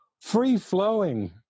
free-flowing